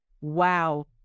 Wow